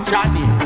Johnny